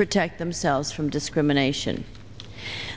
protect themselves from discrimination